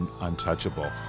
untouchable